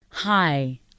Hi